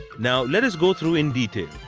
now let us go through in detail.